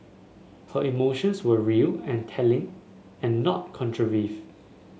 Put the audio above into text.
her emotions were real and telling and not